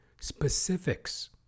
Specifics